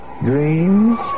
dreams